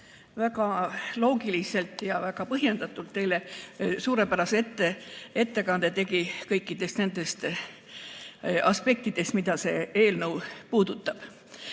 väga loogiliselt ja väga põhjendatult teile suurepärase ettekande tegi kõikidest nendest aspektidest, mida see eelnõu puudutab.